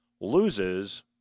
loses